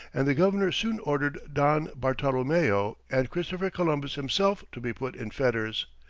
and the governor soon ordered don bartolomeo and christopher columbus himself to be put in fetters.